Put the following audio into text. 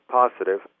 positive